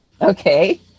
Okay